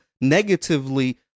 negatively